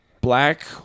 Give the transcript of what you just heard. Black